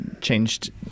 Changed